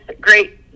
great